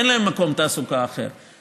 אין להם מקור תעסוקה אחר,